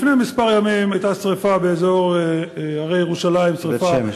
לפני כמה ימים הייתה שרפה באזור הרי ירושלים בית-שמש,